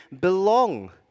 belong